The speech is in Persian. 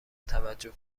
توجه